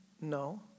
No